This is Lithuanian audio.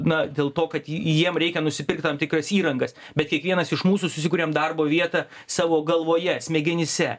na dėl to kad ji jiems reikia nusipirkt tam tikras įrangas bet kiekvienas iš mūsų susikuriam darbo vietą savo galvoje smegenyse